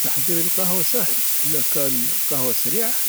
تحضير القهوة سهل. إذا كان قهوة سريعة،